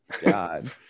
god